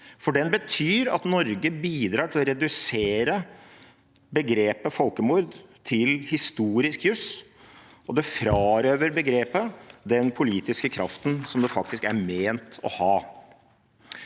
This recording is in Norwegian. for den betyr at Norge bidrar til å redusere begrepet folkemord til historisk juss, og det frarøver begrepet den politiske kraften det faktisk er ment å ha.